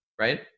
Right